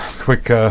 quick